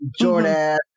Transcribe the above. Jordan